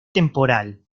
temporal